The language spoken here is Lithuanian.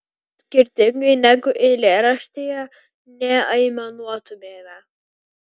skirtingai negu eilėraštyje neaimanuotumėme